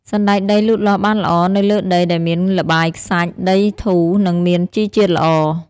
សណ្ដែកដីលូតលាស់បានល្អនៅលើដីដែលមានល្បាយខ្សាច់ ដីធូរ និងមានជីជាតិល្អ។